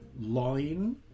line